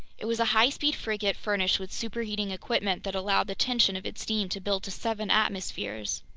it was a high-speed frigate furnished with superheating equipment that allowed the tension of its steam to build to seven atmospheres.